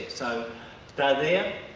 so they are there.